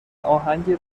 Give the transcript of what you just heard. اهنگی